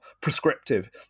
prescriptive